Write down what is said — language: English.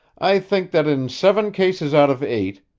i think that, in seven cases out of eight,